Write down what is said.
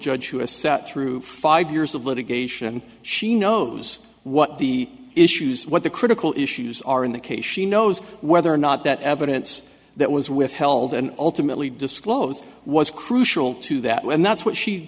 judge who us that through five years of litigation she knows what the issues what the critical issues are in the case she knows whether or not that evidence that was withheld and ultimately disclosed was crucial to that and that's what she